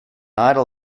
idle